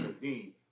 Dean